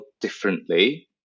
differently